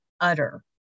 utter